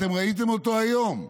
אתם ראיתם אותו היום,